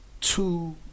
two